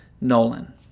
Nolan